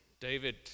David